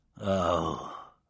Oh